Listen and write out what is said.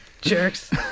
Jerks